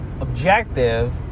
objective